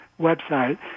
website